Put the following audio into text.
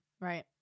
Right